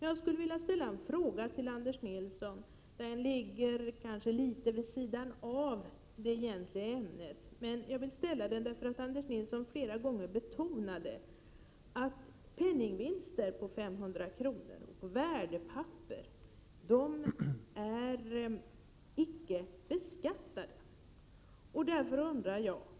Jag skulle vilja ställa en fråga till Anders Nilsson som kanske ligger litet vid sidan av det egentliga ämnet. Jag vill dock ställa den därför att Anders Nilsson flera gånger betonade att penningvinster på 500 kr. och värdepapper icke beskattas.